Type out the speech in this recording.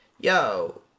Yo